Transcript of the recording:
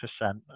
percent